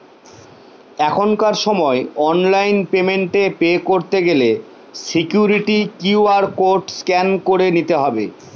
এখনকার সময় online payment এ পে করতে গেলে সিকুইরিটি কিউ.আর কোড স্ক্যান করে নিতে হবে